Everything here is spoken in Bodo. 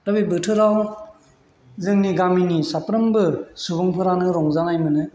दा बे बोथोराव जोंनि गामिनि साफ्रोमबो सुबुंफोरानो रंजानाय मोनो